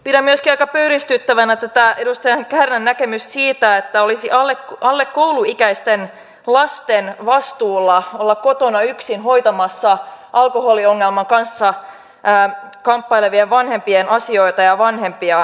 pidän myöskin aika pöyristyttävänä tätä edustaja kärnän näkemystä siitä että olisi alle kouluikäisten lasten vastuulla olla kotona yksin hoitamassa alkoholiongelman kanssa kamppailevien vanhempien asioita ja vanhempiaan